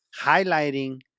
highlighting